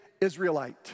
Israelite